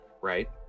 right